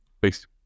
Peace